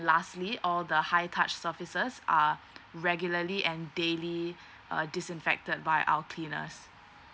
lastly all the high touch surfaces are regularly and daily uh disinfected by our cleaners